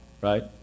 Right